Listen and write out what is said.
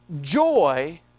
joy